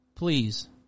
Please